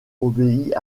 obéit